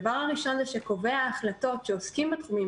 הדבר הראשון הוא שקובעי ההחלטות שעוסקים בתחומים